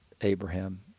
Abraham